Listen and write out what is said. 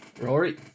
Rory